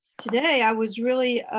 today i was really